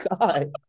God